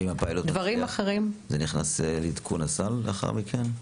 ואם הפיילוט מצליח זה נכנס לעדכון הסל לאחר מכן?